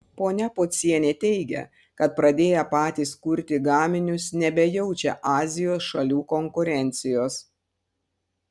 ponia pocienė teigia kad pradėję patys kurti gaminius nebejaučia azijos šalių konkurencijos